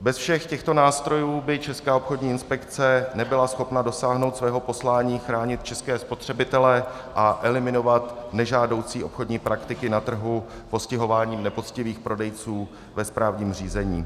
Bez všech těchto nástrojů by Česká obchodní inspekce nebyla schopna dosáhnout svého poslání chránit české spotřebitele a eliminovat nežádoucí obchodní praktiky na trhu postihováním nepoctivých prodejců ve správním řízení.